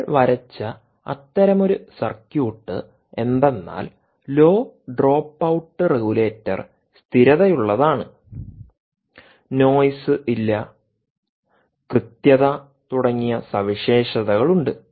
നമ്മൾ വരച്ച അത്തരമൊരു സർക്യൂട്ട് എന്തെന്നാൽ ലോ ഡ്രോപ്പ് ഔട്ട് റെഗുലേറ്റർ സ്ഥിരതയുള്ളതാണ് നോയ്സ് ഇല്ല കൃത്യത തുടങ്ങിയ സവിശേഷതകളുണ്ട്